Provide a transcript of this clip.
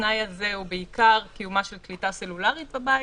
התנאי הזה הוא בעיקר קיומה של קליטה סלולרית בבית,